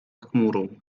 chmurą